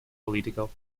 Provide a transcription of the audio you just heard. political